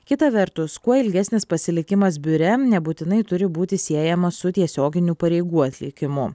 kita vertus kuo ilgesnis pasilikimas biure nebūtinai turi būti siejamas su tiesioginių pareigų atlikimu